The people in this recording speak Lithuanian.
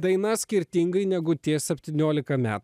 daina skirtingai negu tie septyniolika metų